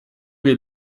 wir